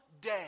day